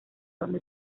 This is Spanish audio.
donde